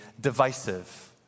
divisive